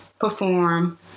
perform